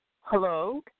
hello